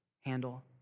handle